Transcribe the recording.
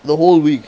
the whole week